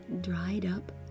dried-up